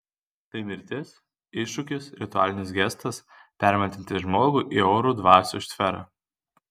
tai mirtis iššūkis ritualinis gestas permetantis žmogų į oro dvasių sferą